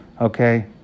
Okay